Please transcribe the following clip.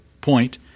point